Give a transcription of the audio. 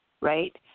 right